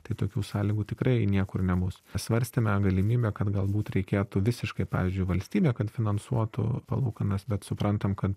tai tokių sąlygų tikrai niekur nebus svarstėme galimybę kad galbūt reikėtų visiškai pavyzdžiui valstybė kad finansuotų palūkanas bet suprantam kad